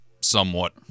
somewhat